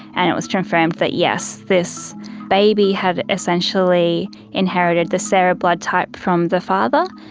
and it was confirmed that, yes, this baby had essentially inherited the sarah blood type from the father,